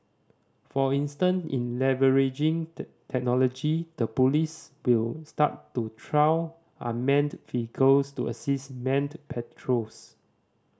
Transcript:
for instant in leveraging technology the police will start to trial unmanned vehicles to assist manned patrols